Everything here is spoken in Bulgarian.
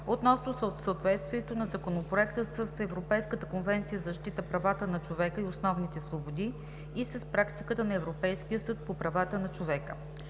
относно съответствието на Законопроекта с Европейската конвенция за защита правата на човека и основните свободи и с практиката на Европейския съд по правата на човека.